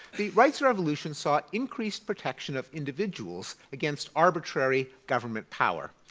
the rights revolutions saw increased protection of individuals against arbitrary government power.